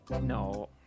No